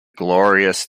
glorious